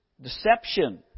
deception